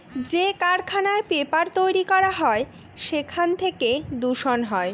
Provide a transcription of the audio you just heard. যে কারখানায় পেপার তৈরী করা হয় সেখান থেকে দূষণ হয়